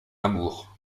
amour